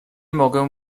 mogę